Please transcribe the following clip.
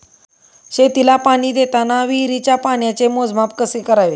शेतीला पाणी देताना विहिरीच्या पाण्याचे मोजमाप कसे करावे?